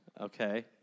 Okay